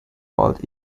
bald